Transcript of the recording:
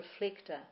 reflector